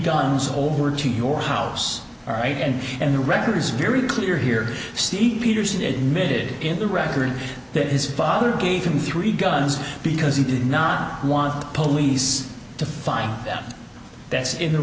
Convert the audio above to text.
guns over to your house all right and and the record is very clear here steve peterson the admitted in the record that his father gave him three guns because he did not want police to find them that's in the